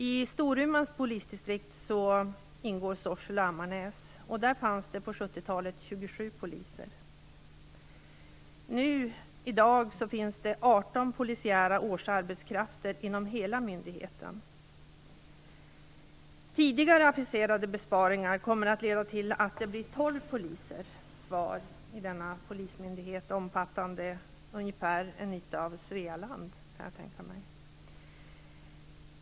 I Storumans polisdistrikt ingår Sorsele och Ammarnäs. Där fanns det på 70-talet 27 poliser. Nu finns det 18 polisiära årsarbetskrafter inom hela myndigheten. Tidigare aviserade besparingar kommer att leda till att det blir 12 poliser kvar i denna polismyndighet som omfattar en yta ungefär lika stor som Svealand.